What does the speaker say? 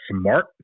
smart